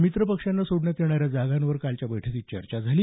मित्र पक्षांना सोडण्यात येणाऱ्या जागांवर कालच्या बैठकीत चर्चा झाली